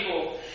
people